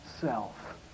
self